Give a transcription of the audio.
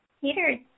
Peter